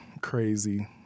crazy